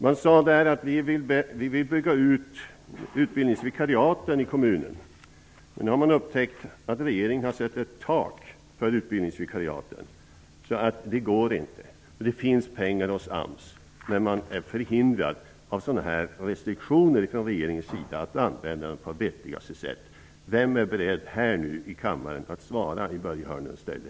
Man sade till mig att man vill bygga ut utbildningsvikariaten i kommunen men att man nu har upptäckt att regeringen har satt ett tak för utbildningsvikariaten och att det därför inte går. Det finns pengar hos AMS, men man är genom sådana här restriktioner från regeringens sida förhindrad att använda pengarna på vettigaste sätt. Vem är beredd att här i kammaren svara i Börje